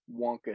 wonka